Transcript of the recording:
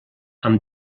amb